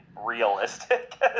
realistic